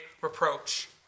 reproach